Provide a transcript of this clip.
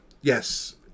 Yes